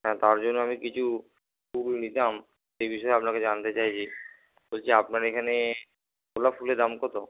হ্যাঁ তার জন্য আমি কিছু ফুল নিতাম সেই বিষয়ে আপনাকে জানতে চাইছি বলছি আপনার এখানে গোলাপ ফুলের দাম কত